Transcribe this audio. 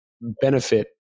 benefit